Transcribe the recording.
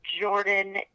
Jordan